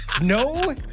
no